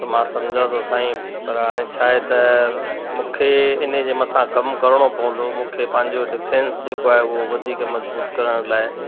त मां समुझां थो साईं पर हाणे छा आहे त मूंखे इन जे मथां कमु करिणो पवंदो मूंखे पंहिंजो डिफेन्स जेको आहे उहो वधीक मजबूत करण लाइ